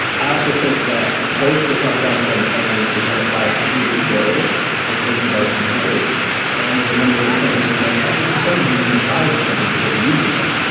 i also think that both datomic on-prem and datomic cloud continue to grow in terms of our user base and the number of companies, and and to some degree, even the size of companies that are using it.